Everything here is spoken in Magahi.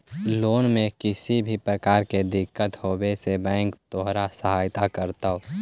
लोन में किसी भी प्रकार की दिक्कत होवे से बैंक तोहार सहायता करतो